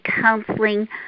counseling